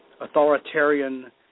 authoritarian